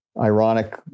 ironic